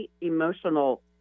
emotional